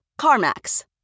CarMax